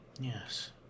Yes